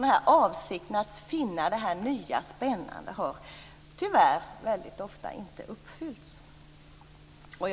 Den här avsikten att finna det nya och spännande har tyvärr väldigt ofta inte uppfyllts.